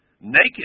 Naked